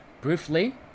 briefly